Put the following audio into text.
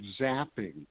zapping